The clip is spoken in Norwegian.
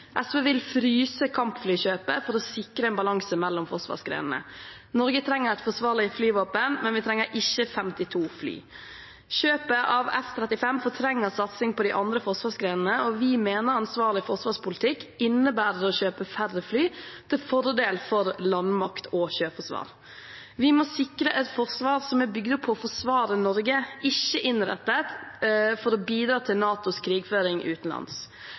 SV vil fryse kampflykjøpet for å sikre en balanse mellom forsvarsgrenene. Norge trenger et forsvarlig flyvåpen, men vi trenger ikke 52 fly. Kjøpet av F-35 fortrenger satsingen på de andre forsvarsgrenene, og vi mener en forsvarlig forsvarspolitikk innebærer å kjøpe færre fly til fordel for landmakt og sjøforsvar. Vi må sikre et forsvar som er bygd opp for å forsvare Norge, ikke innrettet for å bidra til NATOs krigføring utenlands.